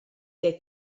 der